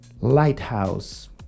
Lighthouse